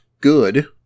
good